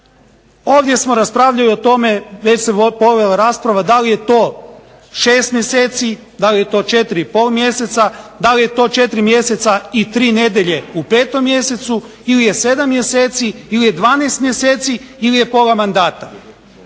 ovdje smo raspravljali o tome, već se povela rasprava da li je to 6 mjeseci, da li je to 4 i pol mjeseca, da li je to 4 mjeseca i 3 nedjelje u 5. mjesecu ili je 7 mjeseci, ili je 12 mjeseci ili je pola mandata.